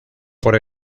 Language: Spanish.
por